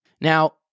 Now